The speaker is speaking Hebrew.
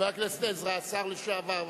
חבר הכנסת עזרא, השר לשעבר.